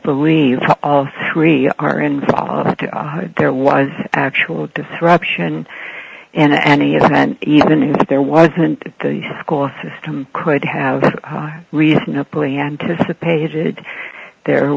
believe all three are involved there was actual disruption and any event even if there wasn't the school system could have reasonably anticipated there